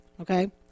okay